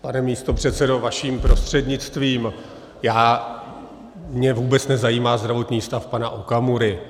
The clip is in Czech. Pane místopředsedo, vaším prostřednictvím, mě vůbec nezajímá zdravotní stav pana Okamury.